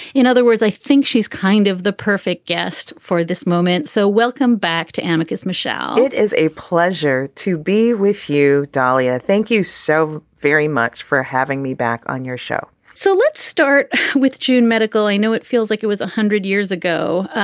in other words, i think she's kind of the perfect guest for this moment. so welcome back to amicus, michelle it is a pleasure to be with you. dalia, thank you so very much for having me back on your show so let's start with june medical. i know it feels like it was one hundred years ago,